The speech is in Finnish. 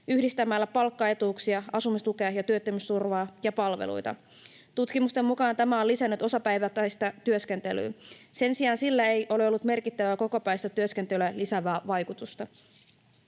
yhdistämällä palkkaetuuksia, asumistukea, työttömyysturvaa ja palveluita. Tutkimusten mukaan tämä on lisännyt osapäiväistä työskentelyä. Sen sijaan sillä ei ole ollut merkittävää kokopäiväistä työskentelyä lisäävää vaikutusta.